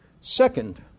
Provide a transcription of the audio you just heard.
Second